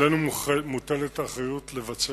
עלינו מוטלת האחריות לבצע,